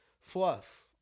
Fluff